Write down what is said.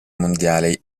mondiale